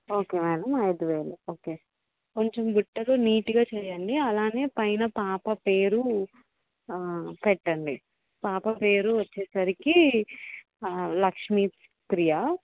okay madam ఐదు వేలు okay కొంచెం బుట్టలు నీట్గా చేయండి అలానే పైన పాప పేరు పెట్టండి పాప పేరు వచ్చేసరికి లక్ష్మీప్రియ